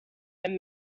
had